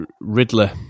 riddler